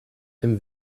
dem